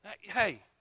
Hey